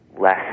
less